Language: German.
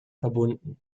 verbunden